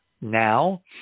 now